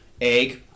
Egg